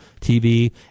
TV